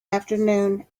afternoon